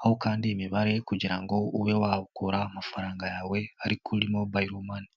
Aho ukanda iyi mibare kugira ngo ube wakura amafaranga yawe ari kuri Mobile Money.